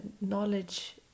knowledge